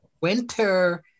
winter